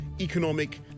economic